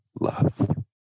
love